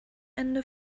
ende